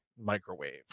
microwave